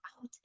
out